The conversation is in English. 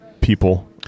people